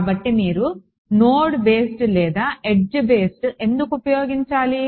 కాబట్టి మీరు node based లేదా ఎడ్జ్ బేస్డ్ ఎందుకు ఉపయోగించాలి